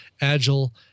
Agile